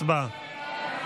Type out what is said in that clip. הצבעה.